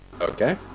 Okay